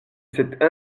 cette